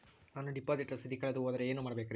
ನಾನು ಡಿಪಾಸಿಟ್ ರಸೇದಿ ಕಳೆದುಹೋದರೆ ಏನು ಮಾಡಬೇಕ್ರಿ?